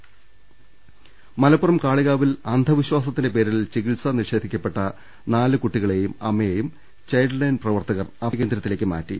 ദർവ്വെട്ടറ മലപ്പുറം കാളികാവിൽ അന്ധവിശ്വാസത്തിന്റെ പ്പേരിൽ ചികിത്സ നിഷേ ധിക്കപ്പെട്ട നാല് കുട്ടികളെയും അമ്മയെയും ചൈൽഡ്ലൈൻ പ്രവർത്ത കർ അഭയകേന്ദ്രത്തിലേക്ക് മാറ്റി